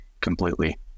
completely